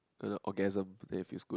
gonna orgasm then it feels good